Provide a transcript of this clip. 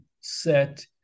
set